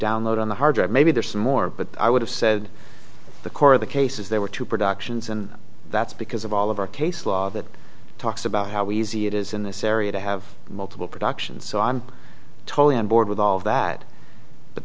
download on the hard drive maybe there's some more but i would have said the core of the case is there were two productions and that's because of all of our case law that talks about how easy it is in this area to have multiple productions so i'm totally on board with all of that but